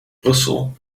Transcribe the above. brussel